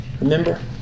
Remember